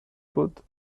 بود